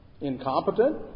incompetent